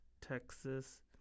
Texas